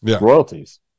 royalties